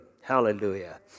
Hallelujah